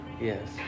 Yes